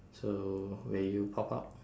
so will you pop out